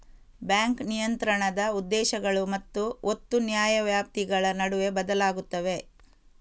bank ನಿಯಂತ್ರಣದ ಉದ್ದೇಶಗಳು ಮತ್ತು ಒತ್ತು ನ್ಯಾಯವ್ಯಾಪ್ತಿಗಳ ನಡುವೆ ಬದಲಾಗುತ್ತವೆ